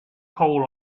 call